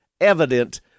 evident